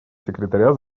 секретаря